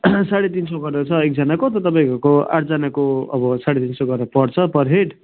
साढे तिन सौ गरेर छ एकजनाको त तपाईँको आठजनाको अब साढे तिन सौ गरेर पर्छ पर हेड